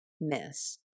miss